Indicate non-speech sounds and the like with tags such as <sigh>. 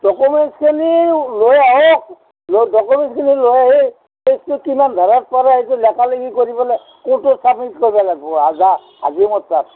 ডকুমেণ্টচখিনি লৈ আহক ডকুমেণ্টচখিনি লৈ আহি <unintelligible> কিবা ধৰক <unintelligible> লগা লগি কৰিবলে কৰ্টত ছাবমিট কৰিব লাগিব <unintelligible> হাকিমৰ তাত